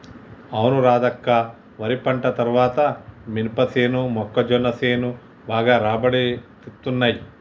అవును రాధక్క వరి పంట తర్వాత మినపసేను మొక్కజొన్న సేను బాగా రాబడి తేత్తున్నయ్